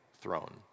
throne